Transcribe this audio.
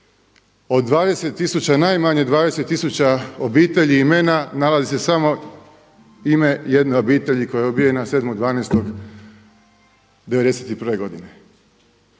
od 20 tisuća, najmanje 20 tisuća obitelji i imena nalazi se samo ime jedne obitelji koja je ubijena 7.12.1991. godine.